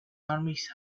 armies